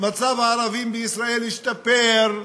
מצב הערבים בישראל השתפר,